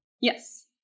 Yes